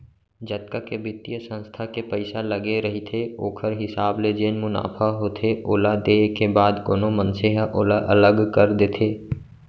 जतका के बित्तीय संस्था के पइसा लगे रहिथे ओखर हिसाब ले जेन मुनाफा होथे ओला देय के बाद कोनो मनसे ह ओला अलग कर देथे